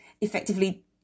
effectively